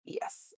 Yes